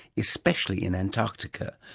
especially in antarctica,